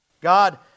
God